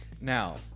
Now